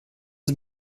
sie